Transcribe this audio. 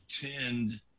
tend